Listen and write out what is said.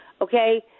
okay